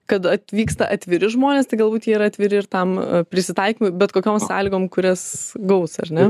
kad atvyksta atviri žmonės tai galbūt jie yra atviri ir tam prisitaikymui bet kokiom sąlygom kurias gaus ar ne